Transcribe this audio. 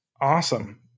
Awesome